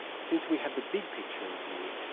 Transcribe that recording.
since we have the big picture in view,